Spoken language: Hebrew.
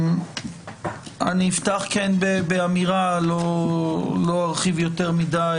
אני אפתח באמירה ולא ארחיב יותר מדי.